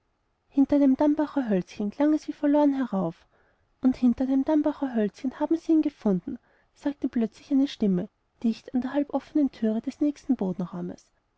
hinter dem dambacher hölzchen klang es wie verloren herauf und hinter dem dambacher hölzchen haben sie ihn gefunden sagte plötzlich eine stimme dicht an der halb offenen thüre des nächsten